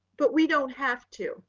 but we don't have to,